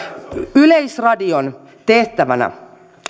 yleisradion tehtävänä